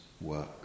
work